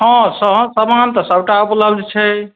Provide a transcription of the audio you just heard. हँ स समान तऽ सबटा उपलब्ध छै